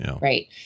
Right